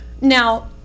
Now